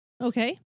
okay